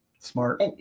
smart